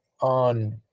on